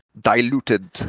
diluted